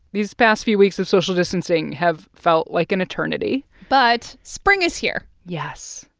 these past few weeks of social distancing have felt like an eternity but spring is here yes,